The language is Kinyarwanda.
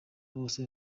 bose